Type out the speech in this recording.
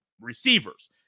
receivers